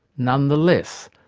nonetheless,